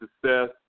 success